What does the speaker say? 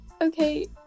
okay